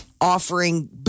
offering